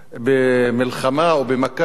במלחמה או במכה,